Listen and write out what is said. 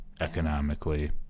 economically